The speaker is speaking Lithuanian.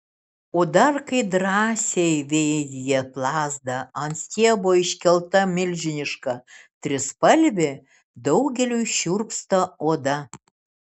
o dar kai drąsiai vėjyje plazda ant stiebo iškelta milžiniška trispalvė daugeliui šiurpsta oda